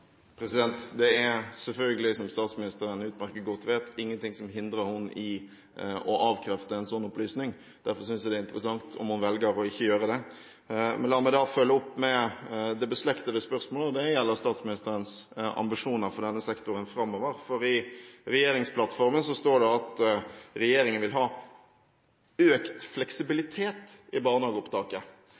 Det er selvfølgelig – som statsministeren utmerket godt vet – ingenting som hindrer henne i å avkrefte en sånn opplysning. Derfor synes jeg det er interessant om hun velger ikke å gjøre det. Men la meg da følge opp med et beslektet spørsmål, som gjelder statsministerens ambisjoner for denne sektoren framover. I regjeringsplattformen står det at regjeringen vil ha «økt fleksibilitet» i barnehageopptaket,